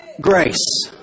grace